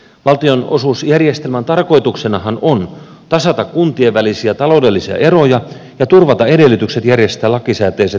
valtionosuusjärjestelmän tarkoituksenahan on tasata kuntien välisiä taloudellisia eroja ja turvata edellytykset järjestää lakisääteiset peruspalvelut